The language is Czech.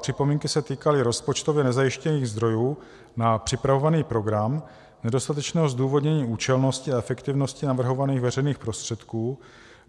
Připomínky se týkaly rozpočtově nezajištěných zdrojů na připravovaný program, nedostatečného zdůvodnění účelnosti a efektivnosti navrhovaných veřejných prostředků,